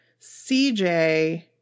CJ